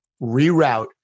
reroute